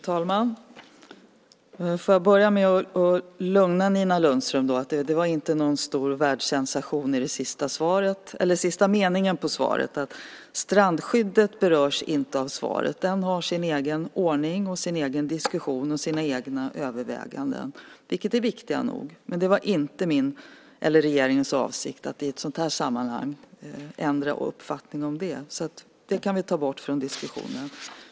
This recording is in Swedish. Fru talman! Jag börjar med att lugna Nina Lundström med att säga att det inte var någon stor världssensation i sista meningen i svaret. Strandskyddet berörs inte av svaret. Det har sin egen ordning, sin egen diskussion och sina egna överväganden. De är viktiga nog. Det är inte min eller regeringens avsikt att i ett sådant här sammanhang ändra uppfattning om det. Det kan vi ta bort från diskussionen.